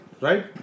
right